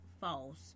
false